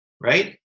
right